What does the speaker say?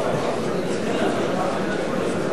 בבקשה לעלות על הדוכן.